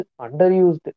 underused